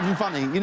um funny. you